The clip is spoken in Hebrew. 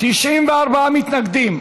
מסעוד גנאים,